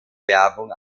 werbung